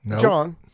John